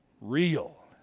real